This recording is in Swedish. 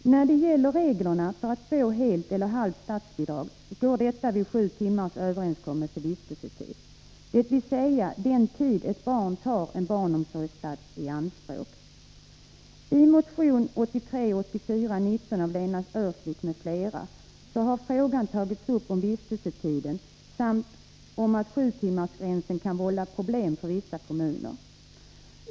Gränsen mellan helt och halvt statsbidrag går vid sju timmars överenskommen vistelsetid, dvs. den tid ett barn tar en barnomsorgsplats i anspråk. I motion 1983/84:19 av Lena Öhrsvik m.fl. tas frågan om vistelsetiden upp; sjutimmarsgränsen kan vålla problem för vissa kommuner.